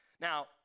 Now